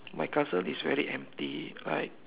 my castle is very empty like